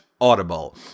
Audible